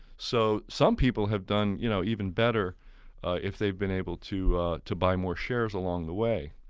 so some people have done you know even better if they'd been able to to buy more shares along the way.